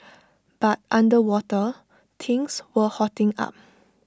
but underwater things were hotting up